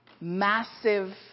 massive